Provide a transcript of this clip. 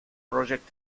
project